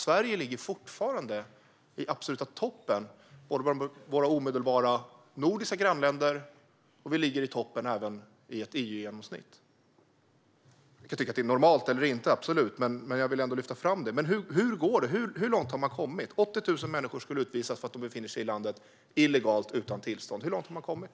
Sverige ligger fortfarande i den absoluta toppen, både jämfört med våra nordiska grannländer och i förhållande till EU-genomsnittet. Man kan tycka att det är normalt eller inte, men jag vill i alla fall lyfta fram detta. Hur går det? 80 000 människor skulle utvisas för att de befann sig i landet illegalt, det vill säga utan tillstånd. Hur långt har man kommit?